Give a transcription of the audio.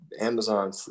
Amazon